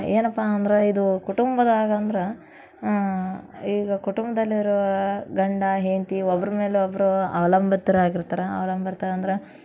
ಏನಪ್ಪ ಅಂದ್ರೆ ಇದೂ ಕುಟುಂಬದಾಗಿ ಅಂದ್ರೆ ಈಗ ಕುಟುಂಬದಲ್ಲಿರುವ ಗಂಡ ಹೆಂಡ್ತಿ ಒಬ್ರು ಮೇಲೆ ಒಬ್ಬರು ಅವಲಂಬಿತ್ರಾಗಿರ್ತಾರೆ ಅಂದ್ರ